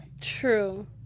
True